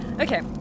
Okay